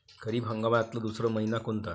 खरीप हंगामातला दुसरा मइना कोनता?